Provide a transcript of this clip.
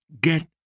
get